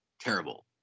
terrible